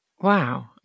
wow